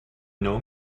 know